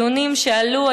דיונים שעלו,